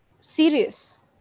serious